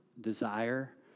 desire